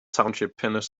pennsylvania